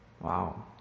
Wow